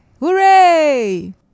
Hooray